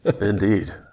Indeed